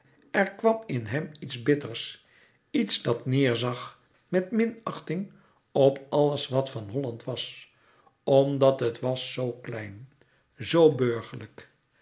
er kwam in hem iets bitters iets dat neêrzag met minachting op alles wat van holland was omdat het was zoo klein zoo burgerlijk